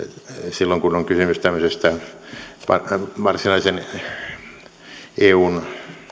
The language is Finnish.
silloin kun on kysymys tämmöisestä varsinaisen eun